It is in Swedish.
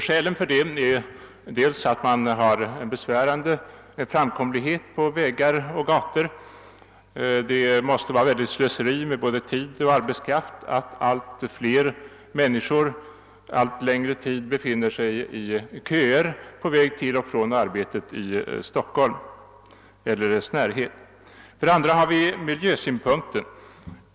Skälen härtill är för det första att man har en besvärande dålig framkomlighet på vägar och gator. Det måste vara ett väldigt slöseri med både tid och arbetskraft att allt fler människor allt längre tid befinner sig i köer på väg till och från arbetet i Stockholm eller dess närhet. För det andra har vi miljösynpunkten.